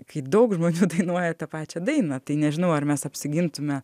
kai daug žmonių dainuoja tą pačią dainą tai nežinau ar mes apsigintume